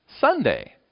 Sunday